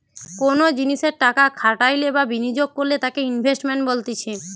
কোনো জিনিসে টাকা খাটাইলে বা বিনিয়োগ করলে তাকে ইনভেস্টমেন্ট বলতিছে